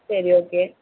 சரி ஓகே